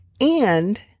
and